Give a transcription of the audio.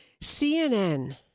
CNN